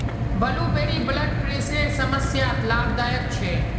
blueberry blood प्रेशरेर समस्यात लाभदायक छे